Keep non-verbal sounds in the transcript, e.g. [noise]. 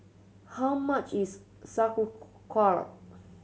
how much is [unintelligible]